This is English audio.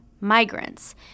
migrants